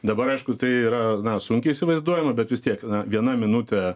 dabar aišku tai yra sunkiai įsivaizduojama bet vis tiek viena minutė